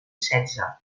setze